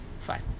Fine